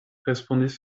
respondis